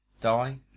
die